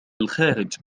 الخارج